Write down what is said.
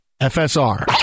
FSR